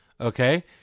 Okay